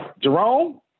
Jerome